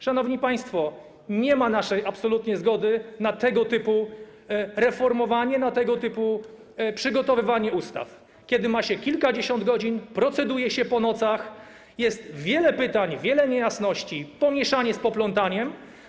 Szanowni państwo, absolutnie nie ma naszej zgody na tego typu reformowanie, na tego typu przygotowywanie ustaw, kiedy ma się kilkadziesiąt godzin, proceduje się po nocach, jest wiele pytań, wiele niejasności, pomieszanie z poplątaniem.